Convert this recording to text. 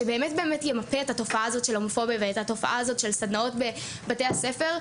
שימפה את התופעה של הומופוביה ושל סדנאות בבתי הספר,